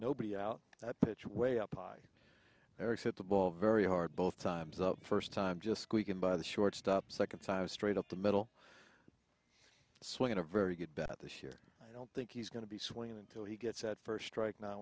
nobody out pitch way up high every set the ball very hard both times up first time just squeaking by the shortstop second time straight up the middle swing a very good bet this year i don't think he's going to be swinging until he gets out first strike no